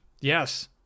Yes